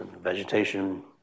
vegetation